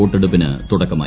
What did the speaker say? വോട്ടെടുപ്പിന് തുടക്കമായി